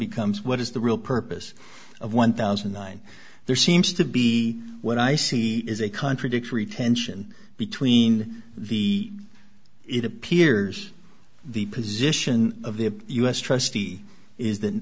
becomes what is the real purpose of one thousand and nine there seems to be what i see is a contradictory tension between the it appears the position of the us trustee is that